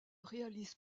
réalise